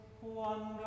one